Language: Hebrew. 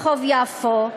ברחוב יפו.